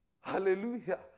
Hallelujah